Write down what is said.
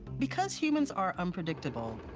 because humans are unpredictable,